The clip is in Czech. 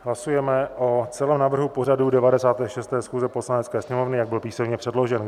Hlasujeme o celém návrhu pořadu 96. schůze Poslanecké sněmovny, jak byl písemně předložen.